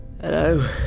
Hello